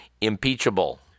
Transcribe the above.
impeachable